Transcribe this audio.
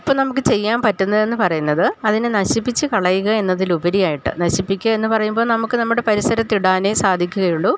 ഇപ്പോൾ നമുക്ക് ചെയ്യാൻ പറ്റുന്നതെന്ന് പറയുന്നത് അതിനെ നശിപ്പിച്ച് കളയുക എന്നതിലുപരിയായിട്ട് നശിപ്പിക്കുക എന്ന് പറയുമ്പോൾ നമുക്ക് നമ്മുടെ പരിസരത്തിടാനെ സാധിക്കുകയുള്ളൂ